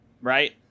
Right